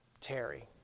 Terry